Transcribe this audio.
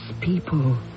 people